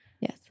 Yes